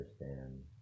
understand